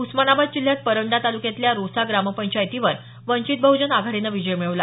उस्मानाबाद जिल्ह्यात परंडा तालुक्यातल्या रोसा ग्रामपंचायतीवर वंचित बहजन आघाडीने विजय मिळवला